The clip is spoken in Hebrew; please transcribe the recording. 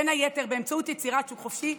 בין היתר באמצעות יצירת שוק חופשי,